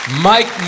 Mike